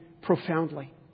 profoundly